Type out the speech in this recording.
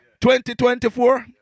2024